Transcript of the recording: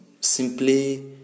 simply